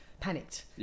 panicked